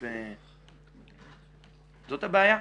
זאת הבעיה.